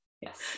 Yes